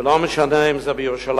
ולא משנה אם זה בירושלים,